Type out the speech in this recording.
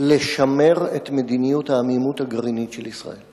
שימור מדיניות העמימות הגרעינית של ישראל.